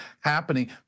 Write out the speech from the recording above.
happening